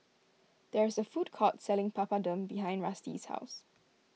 there is a food court selling Papadum behind Rusty's house